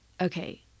okay